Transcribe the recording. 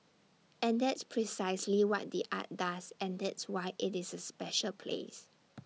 and that's precisely what the art does and that's why IT is A special place